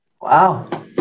Wow